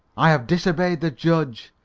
i have disobeyed the judge,